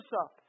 up